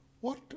What